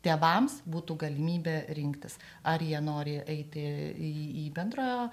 tėvams būtų galimybė rinktis ar jie nori eiti į bendrojo